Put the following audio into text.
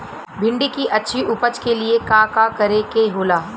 भिंडी की अच्छी उपज के लिए का का करे के होला?